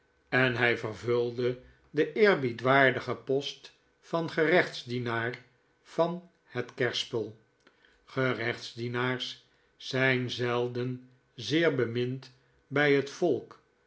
en hij vervulde den eerbiedwaardigen post van gerechtsdienaar van het kerspel gerechtsdienaars zijn zelden zeer bemind bij het volk